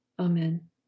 Amen